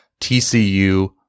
tcu